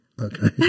Okay